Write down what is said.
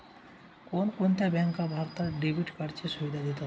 कोणकोणत्या बँका भारतात क्रेडिट कार्डची सुविधा देतात?